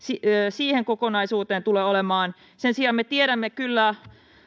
siihen kokonaisuuteen tulee olemaan sen sijaan me tiedämme kyllä